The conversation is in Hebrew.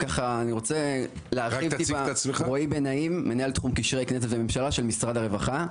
אני מנהל תחום קשרי כנסת וממשלה, משרד הרווחה.